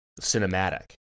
cinematic